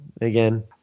again